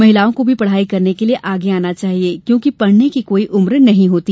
महिलाओं को भी पढ़ाई करने के लिये आगे आना चाहिये क्योंकि पढ़ने की कोई उम्र नहीं होती